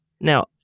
now